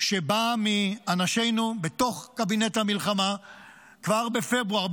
שבאה מאנשינו בתוך קבינט המלחמה כבר בפברואר,